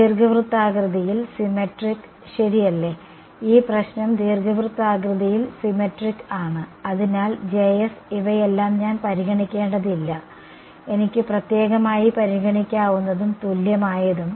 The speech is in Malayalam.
ദീർഘവൃത്താകൃതിയിൽ സിമെട്രിക് ശരിയല്ലേ ഈ പ്രശ്നം ദീർഘവൃത്താകൃതിയിൽ സിമെട്രിക് ആണ് അതിനാൽ ഇവയെല്ലാം ഞാൻ പരിഗണിക്കേണ്ടതില്ല എനിക്ക് പ്രത്യേകമായി പരിഗണിക്കാവുന്നതും തുല്യമായതും